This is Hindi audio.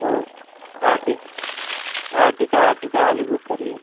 तो आर्टिका आर्टिका वाली बुक करिए